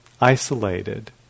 isolated